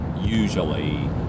usually